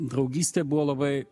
draugystė buvo labai